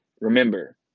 Remember